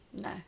No